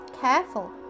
careful